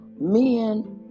men